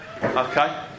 okay